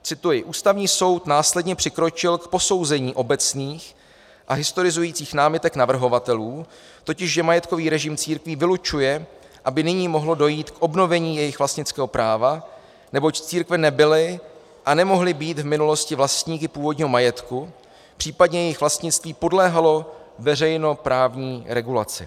Cituji: Ústavní soud následně přikročil k posouzení obecných a historizujících námitek navrhovatelů, totiž že majetkový režim církví vylučuje, aby nyní mohlo dojít k obnovení jejich vlastnického práva, neboť církve nebyly a nemohly být v minulosti vlastníky původního majetku, případně jejich vlastnictví podléhalo veřejnoprávní regulaci.